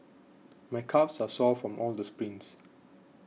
my calves are sore from all the sprints